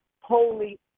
holy